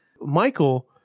Michael